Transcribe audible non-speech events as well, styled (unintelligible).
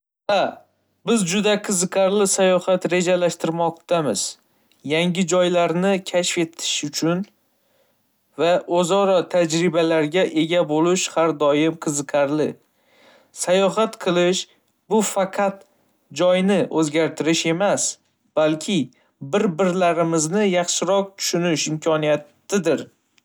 (unintelligible) biz juda qiziqarli sayohat rejalashtirmoqdamiz. Yangi joylarni kashf etish va o'zaro tajribalarga ega bo'lish har doim qiziqarli. Sayohat qilish - bu faqat joyni o'zgartirish emas, balki bir-birimizni yaxshiroq tushunish imkoniyatidir.